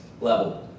level